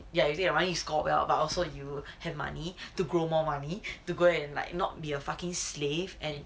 ya they want you to score well but also you have money to grow more money to go and like not be a fucking slave and